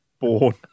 born